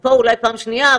פה אולי פעם שנייה,